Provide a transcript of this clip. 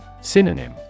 Synonym